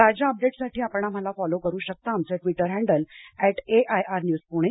ताज्या अपडेट्ससाठी आपण आम्हाला फॉलो करू शकता आमचं Twitter handle at AIR news Pune